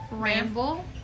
Ramble